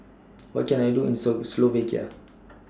What Can I Do in Slovakia